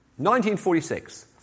1946